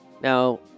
now